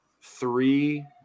three